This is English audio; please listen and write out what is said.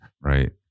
right